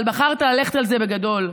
אבל בחרת ללכת על זה בגדול.